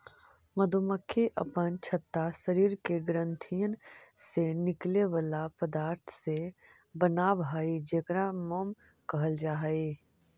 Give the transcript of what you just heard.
मधुमक्खी अपन छत्ता शरीर के ग्रंथियन से निकले बला पदार्थ से बनाब हई जेकरा मोम कहल जा हई